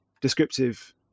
descriptive